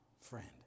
friend